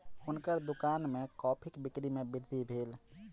हुनकर दुकान में कॉफ़ीक बिक्री में वृद्धि भेल